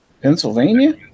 Pennsylvania